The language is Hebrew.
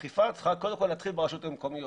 אני חושב שאכיפה צריכה קודם כול להתחיל ברשויות המקומיות,